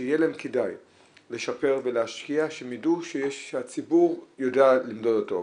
שיהיה להן כדאי לשפר ולהשקיע שהן יידעו שהציבור יודע למדוד אותן.